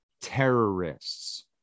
terrorists